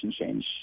change